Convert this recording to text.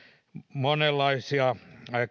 monenlaisia